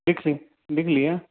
लिख लें लिख लिया